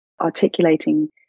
articulating